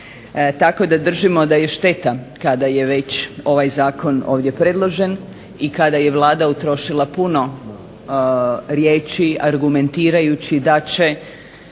Tako da držimo da je šteta, kada je već ovaj zakon ovdje predložen i kada je Vlada utrošila puno riječi argumentirajući da će